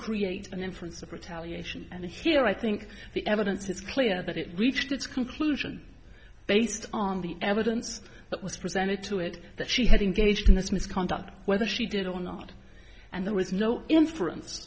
create an inference of retaliation and here i think the evidence is clear that it reached its conclusion based on the evidence that was presented to it that she had engaged in this misconduct whether she did or not and there was no inference